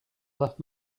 left